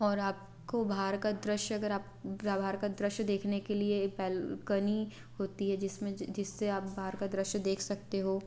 और आपको बाहर का दृश्य अगर आप बाहर का दृश्य देखने के लिए बालकनी होती है जिसमें जिससे आप बाहर का दृश्य देख सकते हो